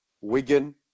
Wigan